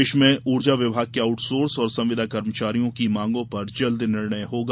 प्रदेश में ऊर्जा विभाग के आउटसोर्स और संविदा कर्मचारियों की मांगों पर जल्द निर्णय होगा